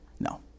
No